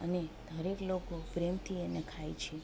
અને દરેક લોકો પ્રેમથી એને ખાય છે